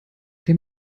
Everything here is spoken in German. der